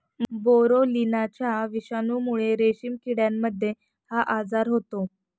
बोरोलिनाच्या विषाणूमुळे रेशीम किड्यांमध्ये हा आजार होतो